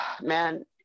man